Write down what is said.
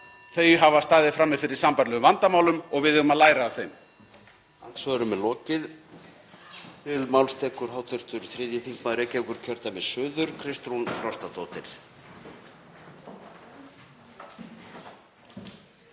þau hafa staðið frammi fyrir sambærilegum vandamálum og við eigum að læra af þeim.